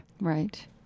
Right